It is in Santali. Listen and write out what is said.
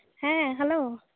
ᱦᱮᱸ ᱦᱮᱞᱳ